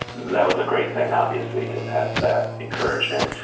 that was a great thing obviously, to have that encouragement,